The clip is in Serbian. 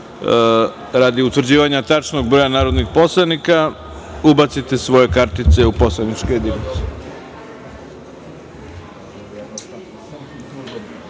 radi utvrđivanja tačnog broja narodnih poslanika, ubacite svoje kartice u poslaničke